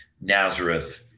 Nazareth